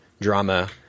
drama